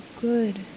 good